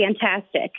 Fantastic